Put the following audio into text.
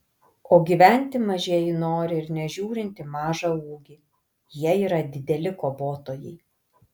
o gyventi mažieji nori ir nežiūrint į mažą ūgį jie yra dideli kovotojai